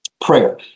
prayer